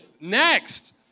Next